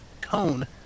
Cone